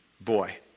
boy